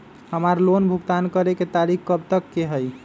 हमार लोन भुगतान करे के तारीख कब तक के हई?